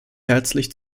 herzlich